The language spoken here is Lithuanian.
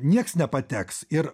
nieks nepateks ir